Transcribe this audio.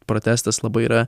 protestas labai yra